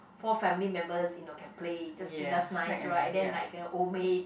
four family members you know can play just just nice right and then like the Old-Maid